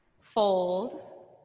fold